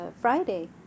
Friday